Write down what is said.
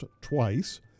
twice